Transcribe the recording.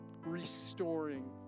restoring